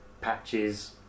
patches